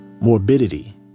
morbidity